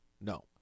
No